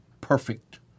perfect